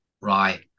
right